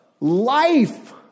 life